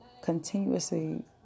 continuously